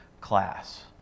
class